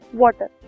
water